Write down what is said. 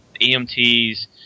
EMTs